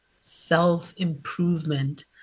self-improvement